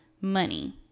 money